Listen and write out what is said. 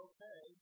Okay